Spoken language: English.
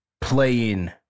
playing